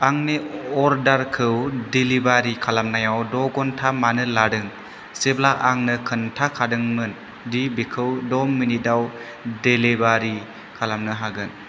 आंनि अर्डारखौ डेलिबारि खालामनायाव द' घन्टा मानो लादों जेब्ला आंनो खोनथाखादोंमोन दि बेखौ द' मिनिटाव डेलिबारि खालामनो हागोन